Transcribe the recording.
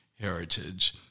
heritage